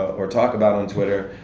or talk about on twitter,